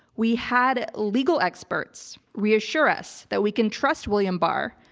we had legal experts reassure us that we can trust william barr,